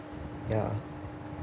ya